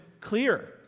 clear